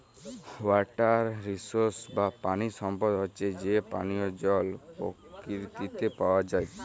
water resources বা পানি সম্পদ হচ্যে যে পানিয় জল পরকিতিতে পাওয়া যায়